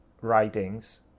writings